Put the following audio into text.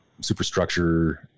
superstructure